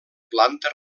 planta